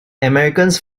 americans